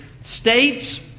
states